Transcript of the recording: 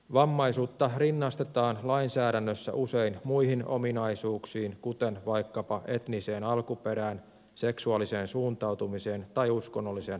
vammaisuutta rinnastetaan lainsäädännössä usein muihin ominaisuuksiin kuten vaikkapa etniseen alkuperään seksuaaliseen suuntautumiseen tai uskonnolliseen vakaumukseen